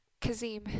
Kazim